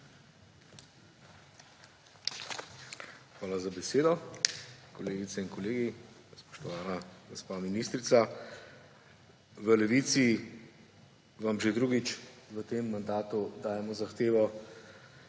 Hvala za besedo. Kolegice in kolegi, spoštovana gospa ministrica! V Levici vam že drugič v tem mandatu dajemo zahtevo: